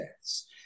deaths